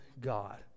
God